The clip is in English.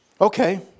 okay